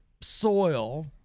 soil